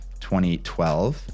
2012